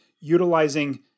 utilizing